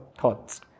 thoughts